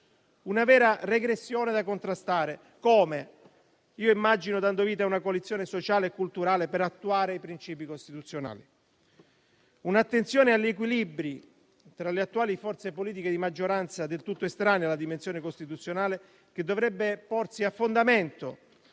una vera regressione da contrastare, immagino, dando vita a una coalizione sociale e culturale per attuare i principi costituzionali. Un'attenzione agli equilibri tra le attuali forze politiche di maggioranza del tutto estranea alla dimensione costituzionale dovrebbe porsi a fondamento